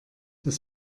das